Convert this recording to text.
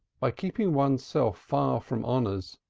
by keeping oneself far from honors,